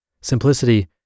Simplicity